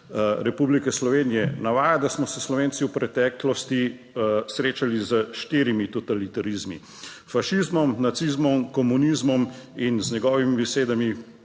republike Slovenije navaja, da smo se Slovenci v preteklosti srečali s štirimi totalitarizmi: fašizmom, nacizmom, komunizmom in z njegovimi besedami,